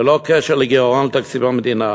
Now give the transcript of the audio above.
ללא קשר לגירעון בתקציב המדינה.